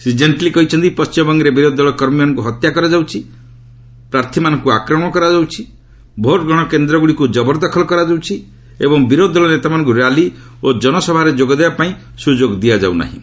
ଶ୍ରୀ ଜେଟଲୀ କହିଛନ୍ତି ପଣ୍ଟିମବଙ୍ଗରେ ବିରୋଧୀ ଦଳ କର୍ମୀମାନଙ୍କୁ ହତ୍ୟା କରାଯାଉଛି ପ୍ରାର୍ଥୀମାନଙ୍କୁ ଆକ୍ରମଣ କରାଯାଉଛି ଭୋଟ୍ଗ୍ରହଣ କେନ୍ଦ୍ରଗୁଡ଼ିକୁ ଜବରଦଖଲ କରାଯାଉଛି ଏବଂ ବିରୋଧୀ ଦଳ ନେତାମାନଙ୍କୁ ର୍ୟାଲି ଓ ଜନସଭାରେ ଯୋଗ ଦେବା ପାଇଁ ସୁଯୋଗ ଦିଆଯାଉ ନାହିଁ